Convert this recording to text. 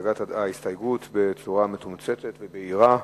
הצגת ההסתייגות בצורה מתומצתת ובהירה.